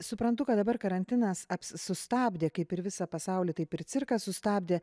suprantu kad dabar karantinas apsi sustabdė kaip ir visą pasaulį taip ir cirką sustabdė